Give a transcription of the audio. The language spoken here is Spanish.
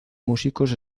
músicos